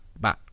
Bye